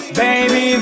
baby